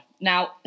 now